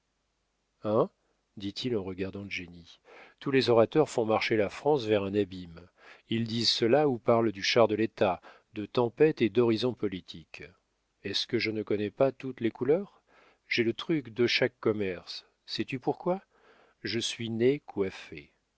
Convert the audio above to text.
dit-il en regardant jenny tous les orateurs font marcher la france vers un abîme ils disent cela ou parlent du char de l'état de tempêtes et d'horizons politiques est-ce que je ne connais pas toutes les couleurs j'ai le truc de chaque commerce sais-tu pourquoi je suis né coiffé